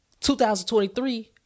2023